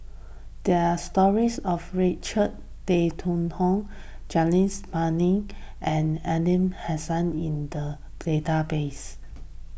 there are stories of Richard Tay Tian Hoe Janadas Devan and Aliman Hassan in the database